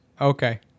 Okay